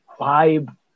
vibe